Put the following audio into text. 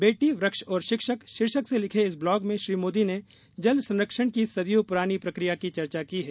बेटी वृक्ष और शिक्षक शीर्षक से लिखे इस ब्लॉग में श्री मोदी ने जल संरक्षण की सदियों पुरानी प्रक्रिया की चर्चा की है